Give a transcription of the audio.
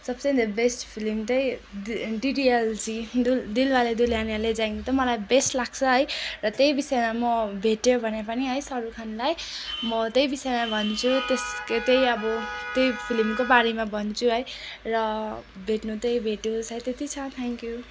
सबसे भन्दा best film त्यही डिडिएलजी दिल दिलवाले दुल्हनिया ले जायेँगे त्यो मलाई बेस्ट लाग्छ है र त्यही विषयमा भेट्यो भने पनि है शाहरुख खानलाई म त्यही विषयमा भन्छु त्यस त्यही अब त्यही फिल्मको बारेमा भन्छु है र भेट्नु त्यही भेट्यो सायद त्यति छ थ्याङ्क्यु